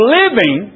living